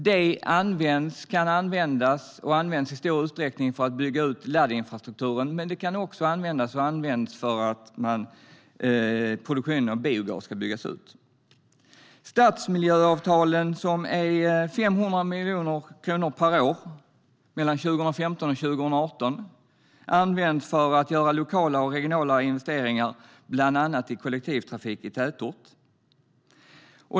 Det kan användas och används i stor utsträckning för att bygga ut laddinfrastrukturen, men det kan också användas och används för att produktionen av biogas ska byggas ut. Stadsmiljöavtalen innebär 500 miljoner kronor per år mellan 2015 och 2018 och används för att göra lokala och regionala investeringar bland annat i kollektivtrafik i tätort.